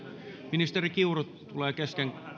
ministeri kiuru tulee kesken